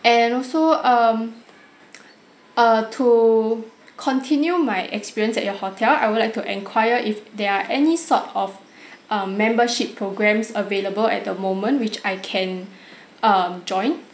and also um err to continue my experience at your hotel I would like to enquire if there are any sort of um membership programmes available at the moment which I can um join